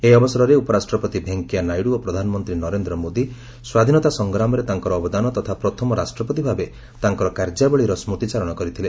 ଏହି ଅବସରରେ ଉପରାଷ୍ଟ୍ରପତି ଭେଙ୍କିଆ ନାଇଡୁ ଓ ପ୍ରଧାନମନ୍ତ୍ରୀ ନରେନ୍ଦ୍ର ମୋଦି ସ୍ୱାଧୀନତା ସଂଗ୍ରାମରେ ତାଙ୍କର ଅବଦାନ ତଥା ପ୍ରଥମ ରାଷ୍ଟ୍ରପତି ଭାବେ ତାଙ୍କର କାର୍ଯ୍ୟାବଳୀର ସୁତିଚାରଣ କରିଥିଲେ